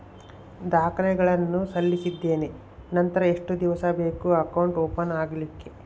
ದಾಖಲೆಗಳನ್ನು ಸಲ್ಲಿಸಿದ್ದೇನೆ ನಂತರ ಎಷ್ಟು ದಿವಸ ಬೇಕು ಅಕೌಂಟ್ ಓಪನ್ ಆಗಲಿಕ್ಕೆ?